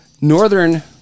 northern